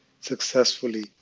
successfully